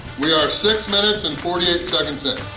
we are six minutes and forty eight seconds in!